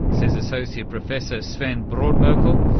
says associate professor sven brodmerkel,